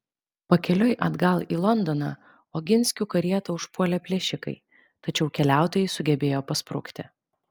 pakeliui atgal į londoną oginskių karietą užpuolė plėšikai tačiau keliautojai sugebėjo pasprukti